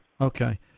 Okay